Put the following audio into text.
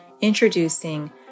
introducing